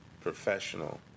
professional